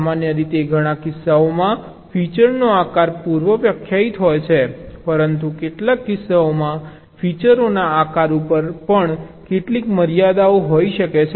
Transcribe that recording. સામાન્ય રીતે ઘણા કિસ્સાઓમાં ફીચરનો આકાર પૂર્વવ્યાખ્યાયિત હોય છે પરંતુ કેટલાક કિસ્સાઓમાં ફીચરોના આકાર ઉપર પણ કેટલીક મર્યાદાઓ હોઈ શકે છે